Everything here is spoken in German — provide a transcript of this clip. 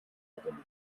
verwendet